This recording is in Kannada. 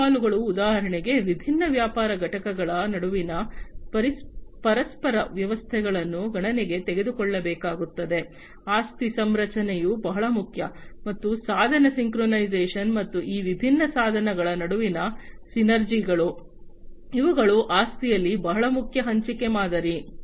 ಇತರ ಸವಾಲುಗಳು ಉದಾಹರಣೆಗೆ ವಿಭಿನ್ನ ವ್ಯಾಪಾರ ಘಟಕಗಳ ನಡುವಿನ ಪರಸ್ಪರ ವ್ಯವಸ್ಥೆಗಳನ್ನು ಗಣನೆಗೆ ತೆಗೆದುಕೊಳ್ಳಬೇಕಾಗುತ್ತದೆ ಆಸ್ತಿ ಸಂರಚನೆಯು ಬಹಳ ಮುಖ್ಯ ಮತ್ತು ಸಾಧನ ಸಿಂಕ್ರೊನೈಸೇಶನ್ ಮತ್ತು ಈ ವಿಭಿನ್ನ ಸಾಧನಗಳ ನಡುವಿನ ಸಿನರ್ಜಿಗಳು ಇವುಗಳು ಆಸ್ತಿಯಲ್ಲಿ ಬಹಳ ಮುಖ್ಯ ಹಂಚಿಕೆ ಮಾದರಿ